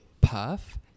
puff